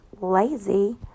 lazy